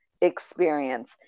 experience